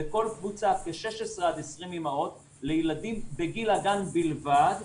בכל קבוצה כ-16 עד 20 אימהות לילדים בגיל הגן בלבד,